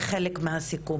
זה יהיה חלק מהסיכום.